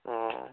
ꯑꯣ